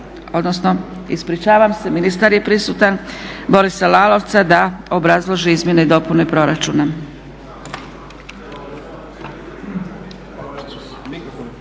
odnosno, ispričavam se, ministar je prisutan, Borisa Lalovca da obrazloži Izmjene i dopune prorčana.